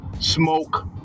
smoke